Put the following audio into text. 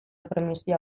primizia